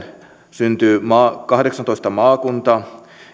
syntyy kahdeksantoista maakuntaa